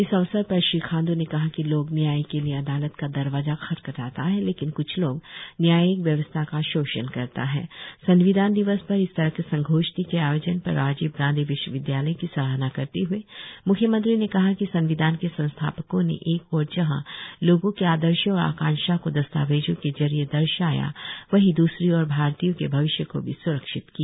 इस अवसर पर श्री खांडू ने कहा कि लोग न्याय के लिए अदालत का दरवाजा खटखटाता है लेकिन क्छ लोग न्यायिक व्यवस्था का शोषण करता है संविधान दिवस पर इस तरह के संगोष्टि के आयोजन पर राजीव गांधी विश्वविद्यालय की सराहना करते हुए मुख्यमंत्री ने कहा कि संविधान के संस्थापको ने एक और जहां लोगों के आदर्शो और आकांक्षाओं को दस्तावेजों के जरिए दर्शाया वहीं दूसरी और भारतीयों के भविष्य को भी स्रक्षित किया